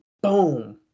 Boom